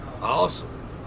awesome